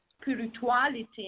spirituality